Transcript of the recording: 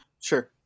Sure